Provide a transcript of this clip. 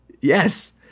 Yes